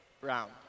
Brown